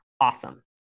awesome